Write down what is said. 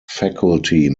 faculty